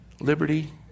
liberty